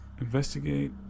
Investigate